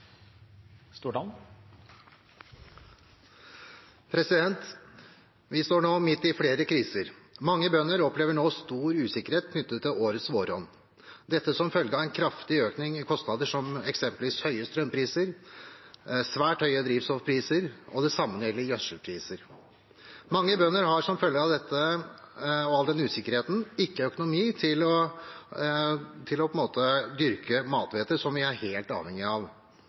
Vi står nå midt i flere kriser. Mange bønder opplever nå stor usikkerhet knyttet til årets våronn, dette som følge av en kraftig økning i kostnader, eksempelvis høye strømpriser og svært høye drivstoffpriser og det samme når det gjelder gjødselpriser. Mange bønder har som følge av dette og av denne usikkerheten ikke økonomi til å dyrke mathvete, som vi er helt avhengig av.